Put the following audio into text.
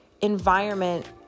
environment